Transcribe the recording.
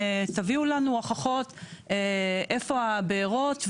תביאו לנו הוכחות איפה הבערות,